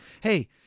Hey